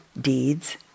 deeds